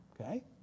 Okay